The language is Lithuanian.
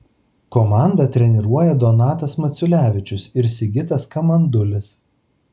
komandą treniruoja donatas maciulevičius ir sigitas kamandulis